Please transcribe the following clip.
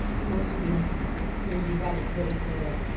most of you have maybe read it, but it's ah